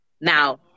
Now